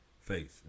face